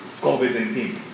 COVID-19